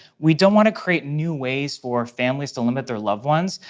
we don't want to create new ways for families to limit their loved ones,